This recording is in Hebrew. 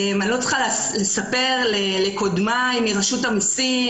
אני לא צריכה לספר לקודמיי מרשות המיסים,